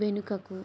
వెనుకకు